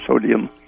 sodium